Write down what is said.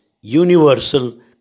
universal